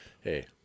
Hey